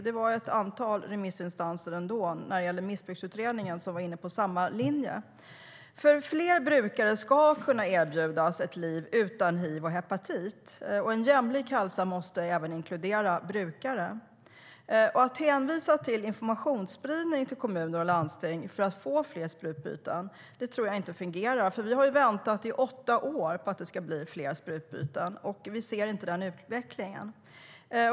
Det var ändå ett antal remissinstanser som var inne på samma linje när det gäller Missbruksutredningen. Fler brukare ska nämligen kunna erbjudas ett liv utan hiv och hepatit, och en jämlik hälsa måste även inkludera brukare. Att hänvisa till informationsspridning till kommuner och landsting för att få fler sprututbytesverksamheter tror jag inte fungerar. Vi har nämligen väntat i åtta år på att det ska bli fler sprututbyten, och vi ser inte den utvecklingen.